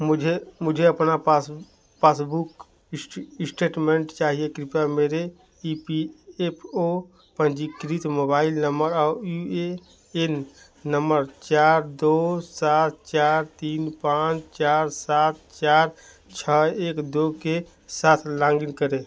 मुझे अपना पासबुक इष्टे स्टेटमेंट चाहिए कृपया मेरे ई पी एफ ओ पंजीकृत मोबाइल नंबर और यू ए एन नंबर चार दो सात चार तीन पाँच चार सात चार सात चार छः एक दो के साथ लॉगिन करें